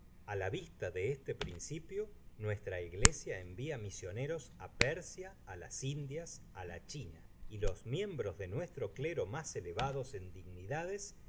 a la vista de este principio nuestra iglesia cavia misioneros á persia á las indias á la china y los miembros de nuestro clero mas elevados en dignidades